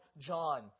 John